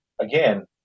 again